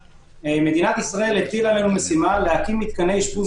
מדינת ישראל הטילה משימה להקים מתקני אשפוז